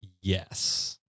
yes